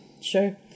Sure